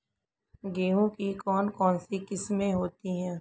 गेहूँ की कौन कौनसी किस्में होती है?